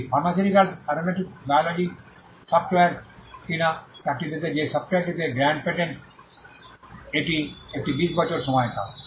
এটি pharmaceuticals aeronautics biotechnology software কিনা 4 টি দেশ যে সফ্টওয়্যারটিতে গ্র্যান্ড পেটেন্টস এটি একটি 20 বছরের সময়কাল